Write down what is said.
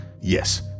Yes